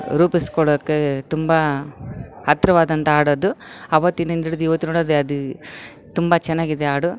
ರೂಪಿಸಿಕೊಡೋಕೆ ತುಂಬ ಹತ್ರವಾದಂಥ ಹಾಡದು ಅವತ್ತಿನಿಂದ ಹಿಡಿದು ಇವತ್ತಿನೊಡೆ ಅದು ತುಂಬ ಚೆನ್ನಾಗಿದೆ ಹಾಡು